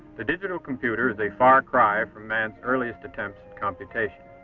the digital computer is a far cry from man's earliest attempts at computation.